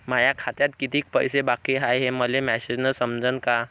माया खात्यात कितीक पैसे बाकी हाय हे मले मॅसेजन समजनं का?